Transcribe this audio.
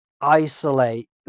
isolate